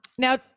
Now